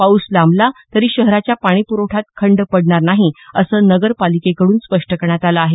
पाऊस लांबला तरी शहराच्या पाणीप्रवठ्यात खंड पडणार नाही असं नगरपालिकेकडून स्पष्ट करण्यात आलं आहे